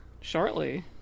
shortly